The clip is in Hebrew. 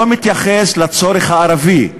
לא מתייחס לצורך הערבי,